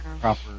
proper